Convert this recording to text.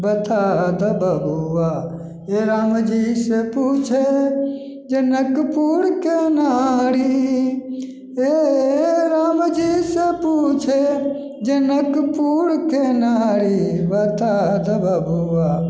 बता दऽ बबुआ हे रामजीसे पूछे जनकपुरके नारी हेऽऽऽऽ रामजीसे पूछे जनकपुरके नारी बता दऽ बबुआ